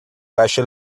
caixa